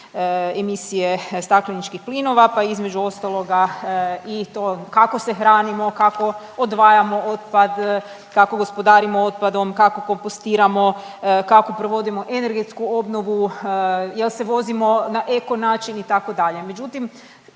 emisije stakleničkih plinova, pa između ostaloga i to kako se hranimo, kako odvajamo otpad, kako gospodarimo otpadom, kako kompostiramo, kako provodimo energetsku obnovu, je li se vozimo na eko način, itd.